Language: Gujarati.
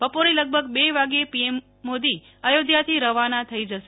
બપોરે લગભગ ર વાગ્યે પીએમ અયોધ્યાથી રવાના થઇ જશે